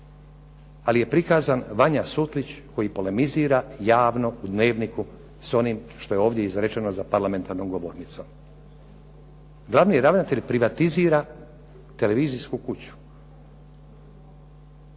ali je prikazan Vanja Sutlić koji polemizira javno u "Dnevniku" s onim što je ovdje izrečeno za parlamentarnom govornicom. Glavni ravnatelj privatizira televizijsku kuću.